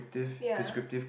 ya